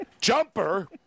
Jumper